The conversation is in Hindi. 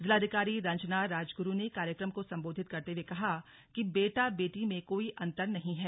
जिलाधिकारी रंजना राजगुरु ने कार्यक्रम को संबोधित करते हुए कहा कि बेटा बेटी में कोई अंतर नहीं है